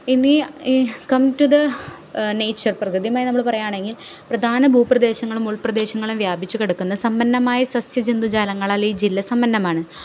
ഇനി come to the nature പ്രകൃതിയുമായി നമ്മള് പറയാണെങ്കിൽ പ്രധാന ഭൂപ്രദേശങ്ങളും ഉൾപ്രദേശങ്ങളും വ്യാപിച്ചുകിടക്കുന്ന സമ്പന്നമായ സസ്യജന്തുജാലങ്ങളാൽ ഈ ജില്ല സമ്പന്നമാണ്